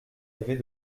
avait